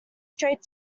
straight